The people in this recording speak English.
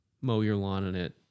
mow-your-lawn-in-it